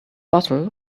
bottle